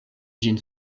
ĝin